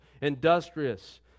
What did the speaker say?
Industrious